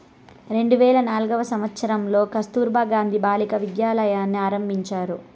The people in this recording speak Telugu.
రెండు వేల నాల్గవ సంవచ్చరంలో కస్తుర్బా గాంధీ బాలికా విద్యాలయని ఆరంభించారు